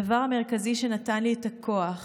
הדבר המרכזי שנתן לי את הכוח